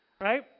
right